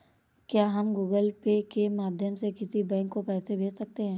क्या हम Google Pay के माध्यम से किसी बैंक को पैसे भेज सकते हैं?